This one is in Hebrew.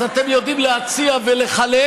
אז אתם יודעים להציע ולחלק,